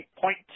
point